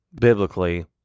biblically